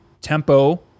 tempo